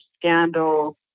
scandal